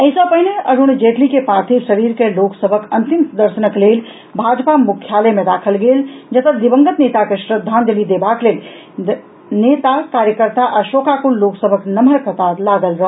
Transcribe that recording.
एहि सॅ पहिने अरूण जेटली के पार्थिव शरीर के लोकसभक अंतिम दर्शनक लेल भाजपा मुख्यालय मे राखल गेल जतऽ दिवंगत नेता के श्रद्वांजलि देबाक लेल नेता कार्यकर्ता आ शोकाकुल लोकसभक नम्हर कतार लागल रहल